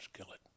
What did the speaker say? skillet